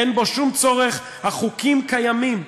אין בו שום צורך, החוקים קיימים.